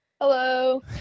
Hello